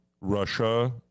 Russia